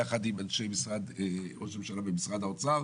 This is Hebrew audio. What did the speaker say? יחד עם אנשי משרד ראש הממשלה ומשרד האוצר.